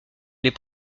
les